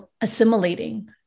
assimilating